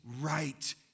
right